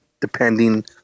depending